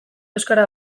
euskara